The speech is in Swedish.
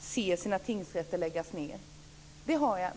ser sina tingsrätter läggas ned.